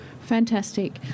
Fantastic